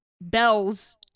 bells